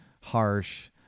harsh